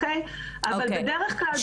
אבל בדרך כלל,